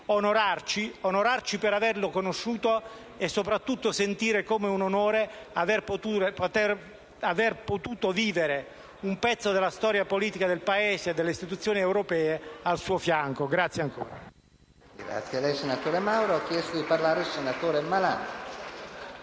onorarci per avere conosciuto quest'uomo; soprattutto, dobbiamo sentire come un onore aver potuto vivere un pezzo della storia politica del Paese e delle istituzioni europee al suo fianco.